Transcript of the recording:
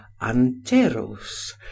anteros